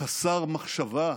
חסר מחשבה: